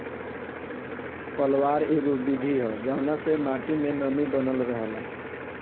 पलवार एगो विधि ह जवना से माटी मे नमी बनल रहेला